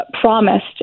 promised